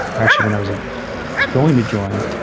or actually when i was ah going to join,